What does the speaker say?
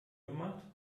gemacht